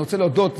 אני רוצה להודות.